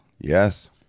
Yes